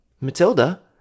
Matilda